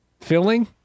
filling